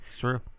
True